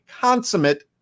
consummate